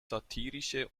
satirische